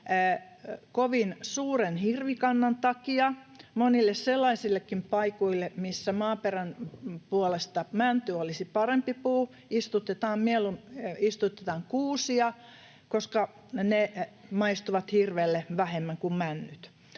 kovin suuren hirvikannan takia monille sellaisillekin paikoille, missä maaperän puolesta mänty olisi parempi puu, istutetaan kuusia, koska ne maistuvat hirvelle vähemmän kuin männyt.